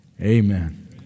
Amen